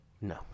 No